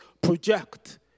project